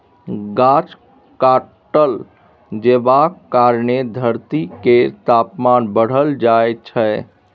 गाछ काटल जेबाक कारणेँ धरती केर तापमान बढ़ल जाइ छै